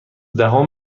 دهم